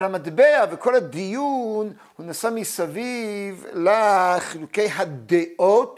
‫המטבע וכל הדיון, הוא נשא מסביב ‫לחילוקי הדעות.